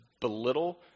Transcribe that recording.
belittle